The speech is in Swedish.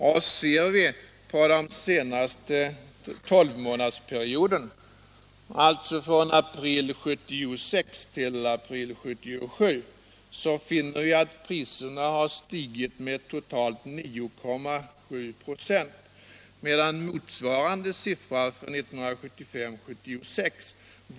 Och ser vi på den senaste tolvmånadersperioden, alltså från april 1976 till april 1977, finner vi att priserna har stigit med totalt 9,7 26, medan motsvarande siffra för 1975/76 var 11,9 96.